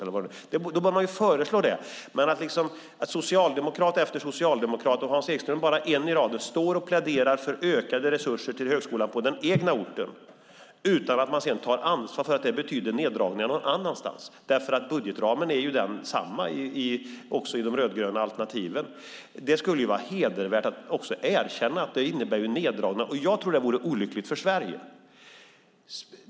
Men nu pläderar socialdemokrat efter socialdemokrat, Hans Ekström är bara en i raden, för ökade resurser till högskolan på hemorten utan att ta ansvar för att det betyder neddragningar någon annanstans - och budgetramen är ju densamma också i de rödgröna alternativen. Det vore hedervärt att erkänna att det innebär neddragningar som skulle vara olyckliga för Sverige.